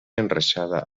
enreixada